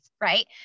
right